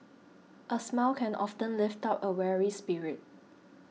a smile can often lift up a weary spirit